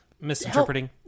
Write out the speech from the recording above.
misinterpreting